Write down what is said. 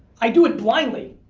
i do it blindly.